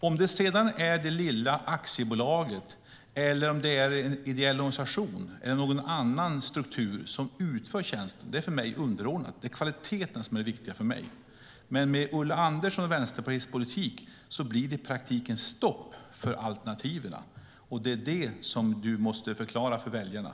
Om det sedan är det lilla aktiebolaget, en ideell organisation eller någon annan struktur som utför tjänsten är för mig underordnat. Det är kvaliteten som är det viktiga för mig. Med Ulla Anderssons och Vänsterpartiets politik blir det i praktiken stopp för alternativen, och det måste Ulla Andersson förklara för väljarna.